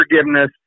forgiveness